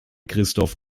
christoph